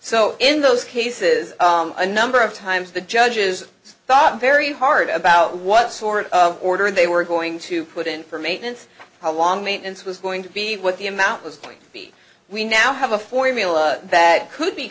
so in those cases a number of times the judges thought very hard about what sort of order they were going to put in for maintenance how long maintenance was going to be what the amount was we now have a formula that could be